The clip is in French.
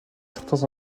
certains